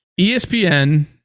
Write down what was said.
ESPN